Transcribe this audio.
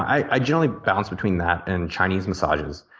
i generally bounce between that and chinese massages,